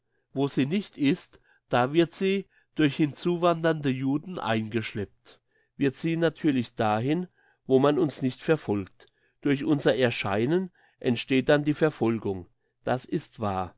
wo sie nicht ist da wird sie durch hinwandernde juden eingeschleppt wir ziehen natürlich dahin wo man uns nicht verfolgt durch unser erscheinen entsteht dann die verfolgung das ist wahr